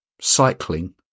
cycling